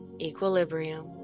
equilibrium